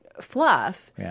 fluff